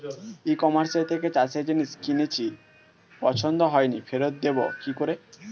ই কমার্সের থেকে চাষের জিনিস কিনেছি পছন্দ হয়নি ফেরত দেব কী করে?